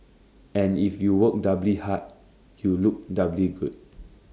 and if you work doubly hard you look doubly good